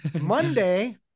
Monday